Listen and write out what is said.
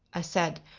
i said,